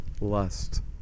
lust